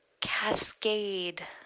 cascade